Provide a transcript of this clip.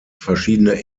verschiedene